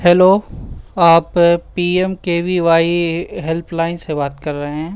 hello آپ P M K V Y help line سے بات کر رہے ہیں